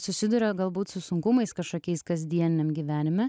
susiduria galbūt su sunkumais kažkokiais kasdieniniam gyvenime